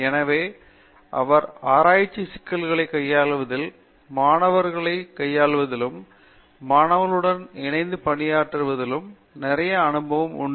எனவே அவர் ஆராய்ச்சி சிக்கல்களை கையாள்வதில் மாணவர்களை கையாள்வதில் மாணவர்களுடன் இணைந்து பணியாற்றுவதில் நிறைய அனுபவம் உண்டு